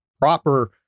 proper